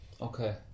Okay